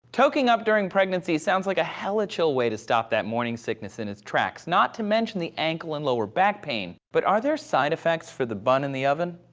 toking up during pregnancy sounds like a hella chill way to stop that morning sickness in it's tracks, not to mention the ankle and lower-back pain but are there side-effects for the bun in the oven?